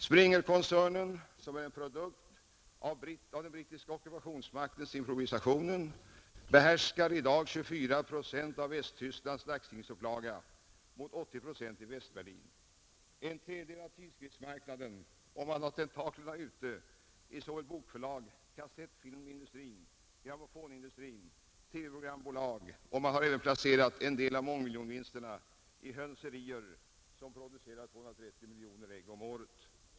Springer-koncernen, som är en produkt av den brittiska ockupationsmaktens improvisationer, behärskar i dag 24 procent av Västtysklands dagstidningsupplaga och 80 procent i Västberlin samt en tredjedel av tidskriftsmarknaden, och man har tentaklerna ute i bokförlag, kassettfilmindustrin, grammofonindustrin och TV-programbolag. Man har även placerat en del av mångmiljonvinsterna i hönserier som producerar 230 miljoner ägg om året!